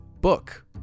book